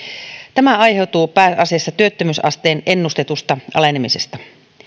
tämä aiheutuu pääasiassa työttömyysasteen ennustetusta alenemisesta